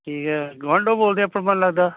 ਠੀਕ ਹੈ ਗੁਆਂਡੋ ਬੋਲਦੇ ਆ ਪਰ ਮੈਨੂੰ ਲੱਗਦਾ